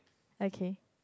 okay